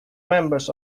members